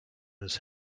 his